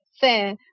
fair